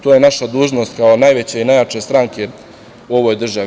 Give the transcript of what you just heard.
To je naša dužnost, kao najveće i najjače stranke u ovoj državi.